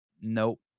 Nope